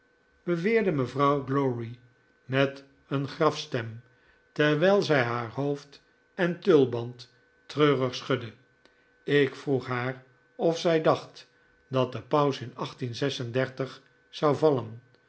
beweerde mevrouw glowry met een grafstem terwijl zij haar hoofd en tulband treurig schudde ik vroeg haar of zij dacht dat de paus in zou vallen